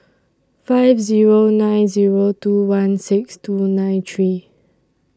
five Zero nine Zero two one six two nine three